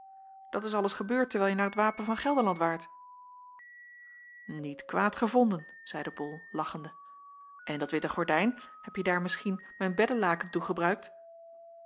dat is alles gebeurd terwijl je naar het wapen van gelderland waart niet kwaad gevonden zeide bol lachende en dat witte gordijn hebje daar misschien mijn beddelaken toe gebruikt